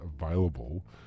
available